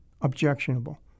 objectionable